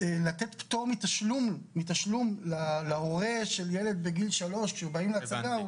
לתת פטור מתשלום להורה של ילד בגיל 3 כשבאים להצגה,